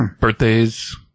Birthdays